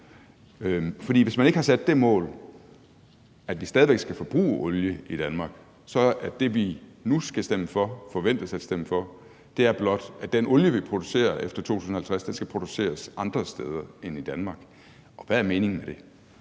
hvis man ikke har sat det mål og vi altså stadig væk skal forbruge olie i Danmark, er det, vi nu forventes at stemme for, blot, at den olie, der produceres efter 2050, skal produceres andre steder end i Danmark – og hvad er meningen med det?